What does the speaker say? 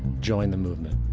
join the movement.